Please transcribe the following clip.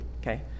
Okay